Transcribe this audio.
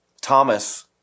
Thomas